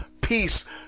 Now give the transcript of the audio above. peace